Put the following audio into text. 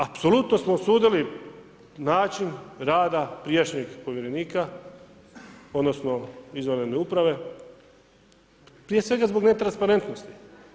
Apsolutno smo osudili način rada prijašnjeg povjerenika, odnosno izvanredne uprave, prije svega zbog netransparentnosti.